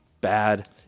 bad